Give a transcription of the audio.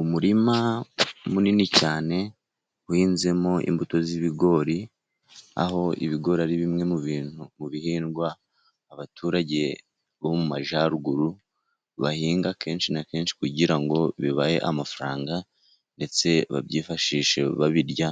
Umurima munini cyane uhinzemo imbuto z'ibigori, aho ibigori ari bimwe mu bintu mu bihingwa abaturage bo mu majyaruguru bahinga kenshi na kenshi kugira ngo bibahe amafaranga, ndetse babyifashishe babirya